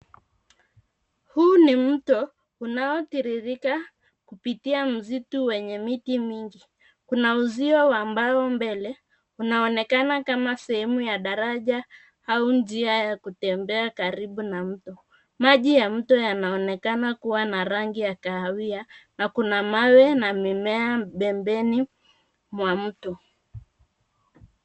Huyu ni mtu akitembea kupitia msitu wenye miti mingi. Mbele yake kuna uzio, unaoonekana kama sehemu ya daraja au njia ya kutembea karibu na mto. Maji ya mto yanaonekana kuwa na rangi ya kahawia, huku pembeni kukiwa na mawe na mimea.